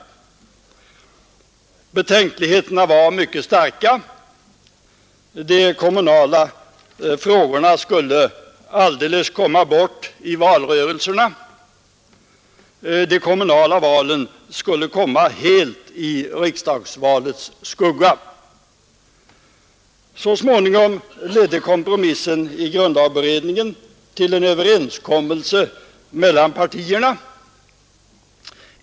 Betänkligheterna var mycket starka. De kommunala frågorna skulle alldeles komma bort i valrörelserna — de kommunala valen skulle helt falla under riksdagsvalets skugga. Så småningom ledde kompromissen i grundlagberedningen till en överenskommelse mellan partierna.